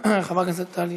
חבר הכנסת דב חנין.